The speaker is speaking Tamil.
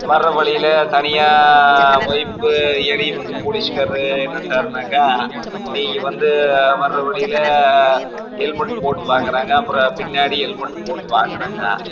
வர்ற வழியில் தனியாக ஒய்ஃபுக்கு இடைய வந்து போலீஸ்காரரு நின்றுட்டார்னாக்கா நீங்கள் வந்து வர்ற வழியில் ஹெல்மெட் போட்டு வாங்கிறாங்க அப்புறம் பின்னாடி ஹெல்மெட் போட்டு வாங்கிறாங்க